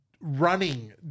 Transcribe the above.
running